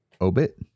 Obit